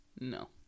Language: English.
No